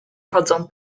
chodzą